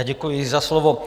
Děkuji za slovo.